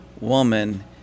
woman